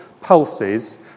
pulses